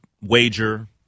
wager